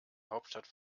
hauptstadt